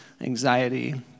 anxiety